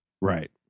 right